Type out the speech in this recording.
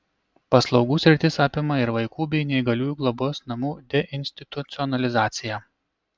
paslaugų sritis apima ir vaikų bei neįgaliųjų globos namų deinstitucionalizaciją